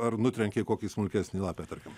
ar nutrenkei kokį smulkesnį lapę tarkim